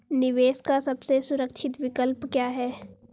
निवेश का सबसे सुरक्षित विकल्प क्या है?